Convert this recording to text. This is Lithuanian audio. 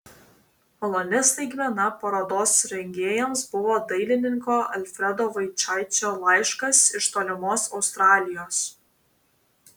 maloni staigmena parodos rengėjams buvo dailininko alfredo vaičaičio laiškas iš tolimos australijos